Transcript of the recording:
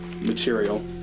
material